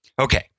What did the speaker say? Okay